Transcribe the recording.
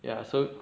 ya so